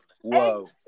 Whoa